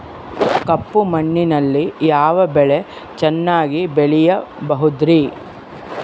ಕಪ್ಪು ಮಣ್ಣಿನಲ್ಲಿ ಯಾವ ಬೆಳೆ ಚೆನ್ನಾಗಿ ಬೆಳೆಯಬಹುದ್ರಿ?